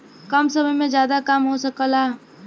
कम समय में जादा काम हो सकला